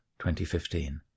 2015